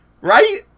Right